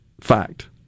fact